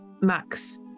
max